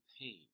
pain